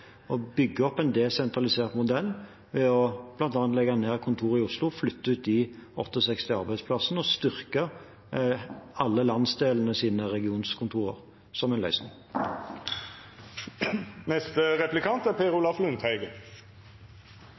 å bygge opp en desentralisert modell ved bl.a. å legge ned kontoret i Oslo, flytte ut de 68 arbeidsplassene og styrke alle landsdelenes regionkontorer, som en løsning. Statsråd Høie har sendt komiteen et 18 siders svarbrev. Det er